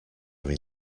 are